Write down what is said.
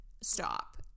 stop